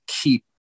keep